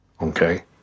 okay